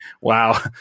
wow